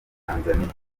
tanzaniya